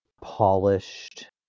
polished